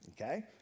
okay